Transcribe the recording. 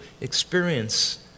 experience